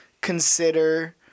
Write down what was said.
consider